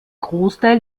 großteil